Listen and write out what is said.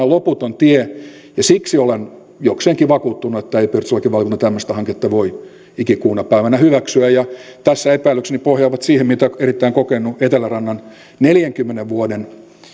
loputon tie ja siksi olen jokseenkin vakuuttunut että ei perustuslakivaliokunta tämmöistä hanketta voi ikikuuna päivänä hyväksyä tässä epäilykseni pohjaavat siihen mitä erittäin kokenut etelärannan neljänkymmenen vuoden